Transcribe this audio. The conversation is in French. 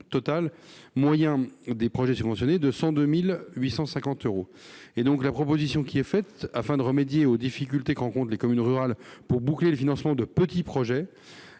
total moyen des projets subventionnés de 102 850 euros. Afin de remédier aux difficultés que rencontrent les communes rurales pour boucler le financement de petits projets,